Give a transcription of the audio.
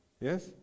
Yes